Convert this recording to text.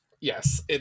Yes